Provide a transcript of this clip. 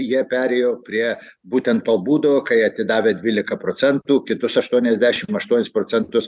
jie perėjo prie būtent to būdo kai atidavę dvylika procentų kitus aštuoniasdešim aštuonis procentus